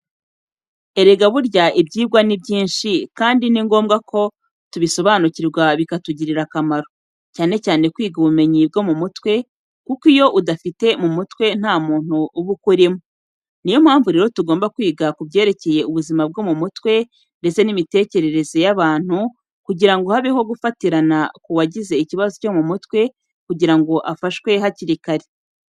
Erega burya ibyigwa ni byinshi kandi ni ngombwa ko tubisobanukirwa bikatugirira akamaro, cyane cyane kwiga ubumenyi bwo mu mutwe, kuko iyo udafite mu mutwe nta muntu uba ukurimo. Niyo mpamvu rero tugomba kwiga kubyerekeye ubuzima bwo mu mutwe ndetse n'imitekerereza y'abantu kugira ngo habeho gufatirana kuwagize ikibazo cyo mu mutwe kugira ngo afashwe hakiri kare.